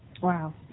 Wow